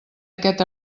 aquest